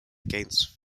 against